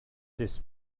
this